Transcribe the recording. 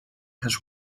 has